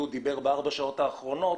שהוא דיבר איתו בארבע השעות האחרונות,